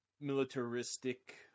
militaristic